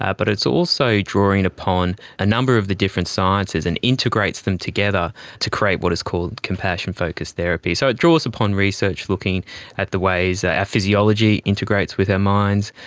but it's also drawing upon a number of the different sciences and integrates them together to create what is called compassion focused therapy. so it draws upon research looking at the ways ah our physiology integrates with our minds.